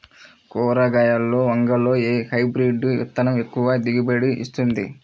కూరగాయలలో వంగలో ఏ హైబ్రిడ్ విత్తనం ఎక్కువ దిగుబడిని ఇస్తుంది?